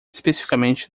especificamente